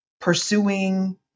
pursuing